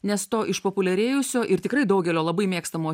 nes to išpopuliarėjusio ir tikrai daugelio labai mėgstamo